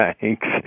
thanks